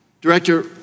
Director